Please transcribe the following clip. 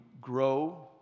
grow